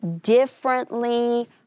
differently